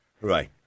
Right